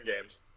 games